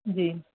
जी